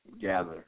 gather